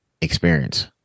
experience